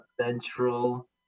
Central